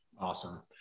Awesome